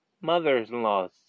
mother-in-law's